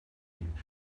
and